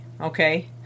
okay